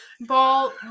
Ball